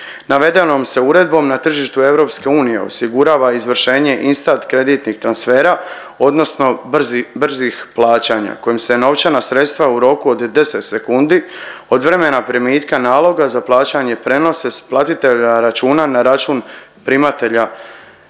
Navedenom se uredbom na tržištu EU osigurava izvršenje instant kreditnih transfera odnosno brzi, brzih plaćanja kojim se novčana sredstva u roku od 10 sekundi od vremena primitka naloga za plaćanje prenose s platitelja računa na račun primatelja